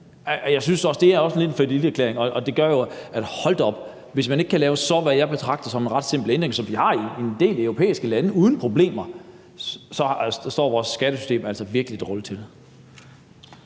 Jeg synes også, det lidt er en falliterklæring. Så hold da op: Hvis man ikke kan lave en så – hvad jeg betragter det som – ret simpel ændring, som man kan i en del europæiske lande uden problemer, så står det altså virkelig dårligt til